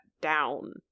down